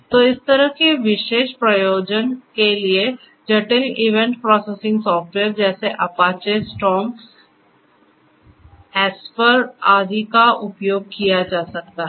तो इस तरह के विशेष प्रयोजन के लिए जटिल ईवेंट प्रोसेसिंग सॉफ्टवेयर जैसे अपाचे स्टॉर्म एसपरआदि का उपयोग किया जा सकता है